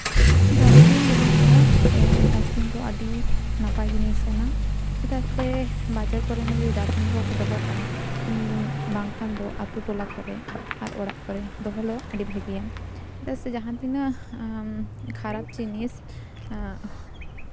dustbin ᱫᱚᱦᱚ ᱫᱚ ᱥᱮ ᱰᱟᱥᱵᱤᱱ ᱫᱚ ᱟᱹᱰᱤ ᱱᱟᱯᱟᱭ ᱡᱤᱱᱤᱥ ᱠᱟᱱᱟ ᱪᱮᱫᱟᱜ ᱥᱮ ᱵᱟᱡᱟᱨ ᱠᱚᱨᱮ ᱦᱚᱸ ᱰᱟᱥᱵᱤᱱ ᱠᱚᱠᱚ ᱫᱚᱦᱚ ᱠᱟᱜᱼᱟ ᱵᱟᱝᱠᱷᱟᱱ ᱫᱚ ᱟᱛᱳ ᱴᱚᱞᱟ ᱠᱚᱨᱮᱜ ᱟᱨ ᱚᱲᱟᱜ ᱠᱚᱨᱮᱜ ᱫᱚᱦᱚ ᱫᱚ ᱟᱹᱰᱤ ᱵᱷᱟᱜᱮᱭᱟ ᱪᱮᱫᱟᱜ ᱥᱮ ᱡᱟᱦᱟᱸ ᱛᱤᱱᱟᱹᱜ ᱠᱷᱟᱨᱟᱯ ᱡᱤᱱᱤᱥ